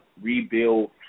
rebuild